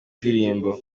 ndirimbo